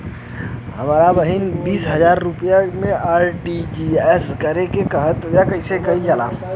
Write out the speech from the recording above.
हमर बहिन बीस हजार रुपया आर.टी.जी.एस करे के कहली ह कईसे कईल जाला?